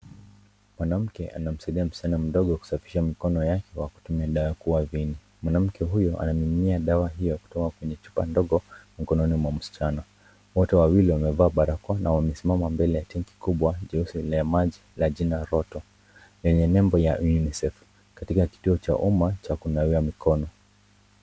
Mwanamke anamsaidia msichana mdogo kusafisha mikono yake kwa kutumia dawa ya kuua vini . Mwanamke huyu anaming'inia dawa hiyo kutoka kwenye chupa ndogo mkononi mwa msichana. Wote wawili wamevaa barakoa na wamesimama mbele ya tenki kubwa jeusi la maji la jina roto lenye nembu ya UNICEF katika kituo cha uma cha kunawia mikono.